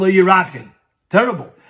Terrible